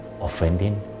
offending